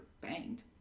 banged